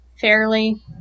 fairly